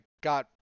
got